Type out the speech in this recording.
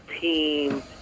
team